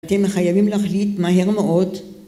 אתם חייבים להחליט מהר מאוד